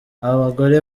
abagore